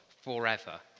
forever